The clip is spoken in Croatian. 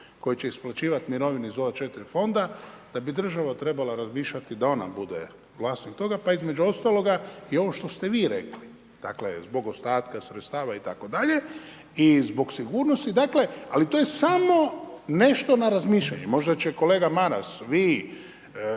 koje će isplaćivati mirovine iz ova 4 fonda da bi država trebala razmišljati da ona bude vlasnik toga, pa između ostaloga i ovo što ste vi rekli, dakle zbog ostatka sredstava itd. i zbog sigurnosti dakle ali to je samo nešto na razmišljanje. Možda će kolega Maras, vi,